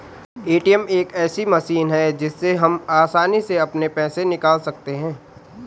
ATM एक ऐसी machine है जिससे हम आसानी से अपने पैसे निकाल सकते हैं